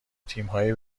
تیمهای